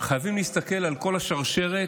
חייבים להסתכל על כל השרשרת,